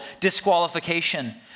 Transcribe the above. disqualification